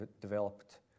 developed